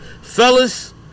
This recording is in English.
Fellas